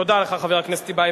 תודה לך, חבר הכנסת טיבייב.